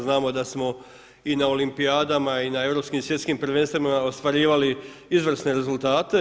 Znamo da smo i na olimpijadama i na europskim i svjetskim prvenstvima ostvarivali izvrsne rezultate.